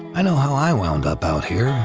i know how i wound up out here,